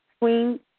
Queen